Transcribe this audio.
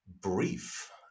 brief